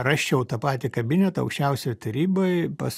rasčiau tą patį kabinetą aukščiausioj taryboj pas